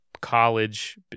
College